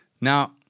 Now